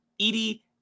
Edie